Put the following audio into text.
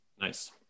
nice